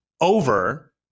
over